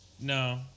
No